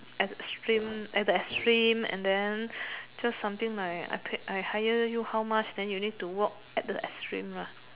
at the extreme at the extreme and then just something like I pay I hire you how much then you need to work at the extreme lah